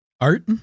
Art